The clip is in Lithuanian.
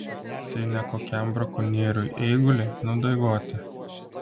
tai ne kokiam brakonieriui eigulį nudaigoti